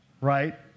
Right